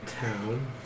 town